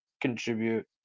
contribute